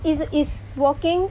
is is walking